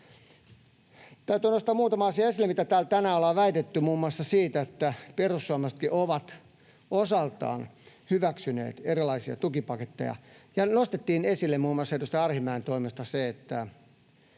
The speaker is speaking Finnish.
Täytyy nostaa esille muutama asia, mitä täällä tänään ollaan väitetty muun muassa siitä, että perussuomalaisetkin ovat osaltaan hyväksyneet erilaisia tukipaketteja, ja nostettiin esille muun muassa edustaja Arhinmäen toimesta se, että